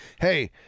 hey